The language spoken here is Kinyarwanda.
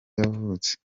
yavutse